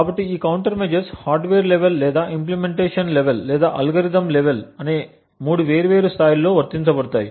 కాబట్టి ఈ counter measures hardware level లేదా ఇంప్లిమెంటేషన్ లెవెల్ లేదా అల్గోరిథం లెవెల్ అనే మూడు వేర్వేరు స్థాయిలలో వర్తించబడతాయి